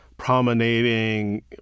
promenading